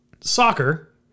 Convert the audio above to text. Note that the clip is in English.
soccer